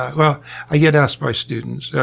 ah well i get asked by students, yeah